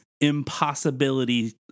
impossibility